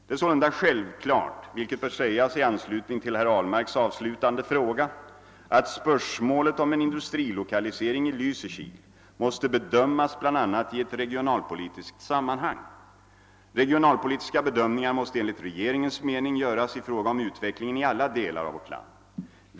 Det är sålunda självklart — vilket bör sägas i anslutning till herr Ahlmarks avslutande fråga — att spörsmålet om en industrilokalisering i Lysekil måste bedömas bl.a. i ett regionalpolitiskt sammanhang. Regionalpolitiska bedömningar måste enligt regeringens mening göras i fråga om utvecklingen i alla delar av vårt land.